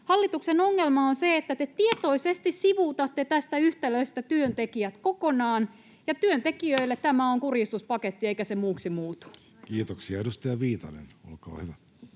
Hallituksen ongelma on se, että te tietoisesti sivuutatte tästä yhtälöstä työntekijät kokonaan, ja työntekijöille tämä on kurjistuspaketti, eikä se muuksi muutu. Kiitoksia. — Edustaja Viitanen, olkaa hyvä.